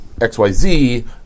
XYZ